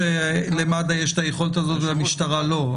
מוזר שלמד"א יש את היכולת הזו ולמשטרה לא.